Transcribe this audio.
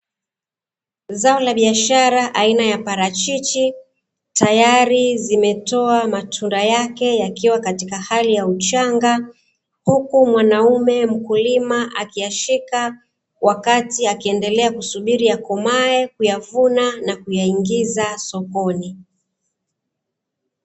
Zao la biashara aina ya Parachichi, tayari zimetoa matunda yake, yakiwa katika hali za uchanga. Huku mwanaume mkulima akiyashika wakati akiendelea kusubiri yakomae kuyavuna na kuyaingiza sokoni.